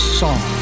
song